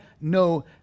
no